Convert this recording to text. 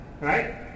Right